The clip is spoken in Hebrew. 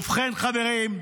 ובכן, חברים,